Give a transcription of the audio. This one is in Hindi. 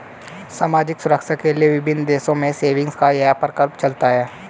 सामाजिक सुरक्षा के लिए विभिन्न देशों में सेविंग्स का यह प्रकल्प चलता है